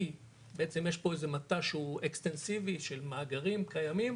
כי בעצם יש פה איזה מט"ש שהוא אקסטנסיבי של מאגרים קיימים.